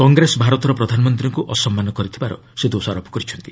କଂଗ୍ରେସ ଭାରତର ପ୍ରଧାନମନ୍ତ୍ରୀଙ୍କୁ ଅସମ୍ମାନ କରିଥିବାର ସେ ଦୋଷାରୋପ କରିଛନ୍ତି